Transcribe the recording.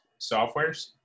Softwares